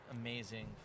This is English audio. amazing